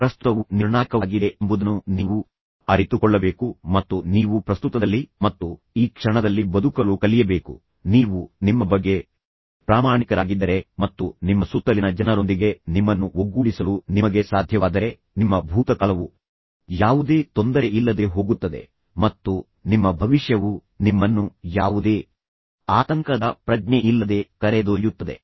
ಪ್ರಸ್ತುತವು ನಿರ್ಣಾಯಕವಾಗಿದೆ ಎಂಬುದನ್ನು ನೀವು ಅರಿತುಕೊಳ್ಳಬೇಕು ಮತ್ತು ನೀವು ಪ್ರಸ್ತುತದಲ್ಲಿ ಮತ್ತು ಈ ಕ್ಷಣದಲ್ಲಿ ಬದುಕಲು ಕಲಿಯಬೇಕು ನೀವು ನಿಮ್ಮ ಬಗ್ಗೆ ಪ್ರಾಮಾಣಿಕರಾಗಿದ್ದರೆ ಮತ್ತು ನಿಮ್ಮ ಸುತ್ತಲಿನ ಜನರೊಂದಿಗೆ ನಿಮ್ಮನ್ನು ಒಗ್ಗೂಡಿಸಲು ನಿಮಗೆ ಸಾಧ್ಯವಾದರೆ ನಿಮ್ಮ ಭೂತಕಾಲವು ಯಾವುದೇ ತೊಂದರೆಯಿಲ್ಲದೆ ಹೋಗುತ್ತದೆ ಅದು ನಿಮ್ಮನ್ನು ಬೆನ್ನಟ್ಟುವುದಿಲ್ಲ ಮತ್ತು ನಿಮ್ಮ ಭವಿಷ್ಯವು ನಿಮ್ಮನ್ನು ಯಾವುದೇ ಆತಂಕದ ಪ್ರಜ್ಞೆಯಿಲ್ಲದೆ ಕರೆದೊಯ್ಯುತ್ತದೆ